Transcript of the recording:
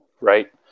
right